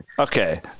Okay